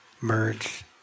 Merge